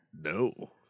No